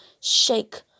shake